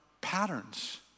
patterns